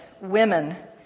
women